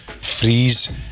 freeze